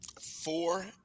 four